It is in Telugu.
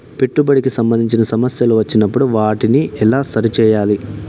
పెట్టుబడికి సంబంధించిన సమస్యలు వచ్చినప్పుడు వాటిని ఎలా సరి చేయాలి?